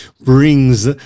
brings